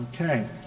Okay